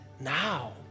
now